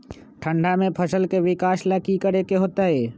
ठंडा में फसल के विकास ला की करे के होतै?